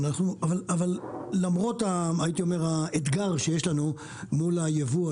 למרות האתגר שיש לנו מול היבוא,